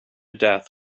death